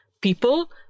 people